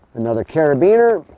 another carabiner,